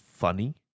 funny